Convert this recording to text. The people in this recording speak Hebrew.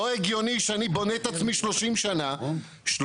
לא הגיוני שאני בובה את עצמי 30 שנים --- רגע,